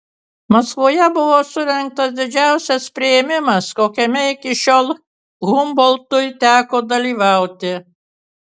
maskvoje buvo surengtas didžiausias priėmimas kokiame iki šiol humboltui teko dalyvauti